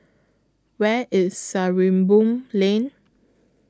Where IS Sarimbun Lane